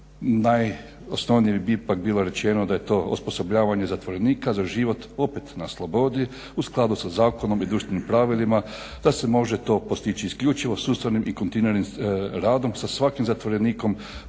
najosnovnije bi ipak bilo rečeno da je to osposobljavanje zatvorenika za život opet na slobodi u skladu sa zakonom i društvenim pravilima, da se može to postići isključivo sustavnim i kontinuiranim radom sa svakim zatvorenikom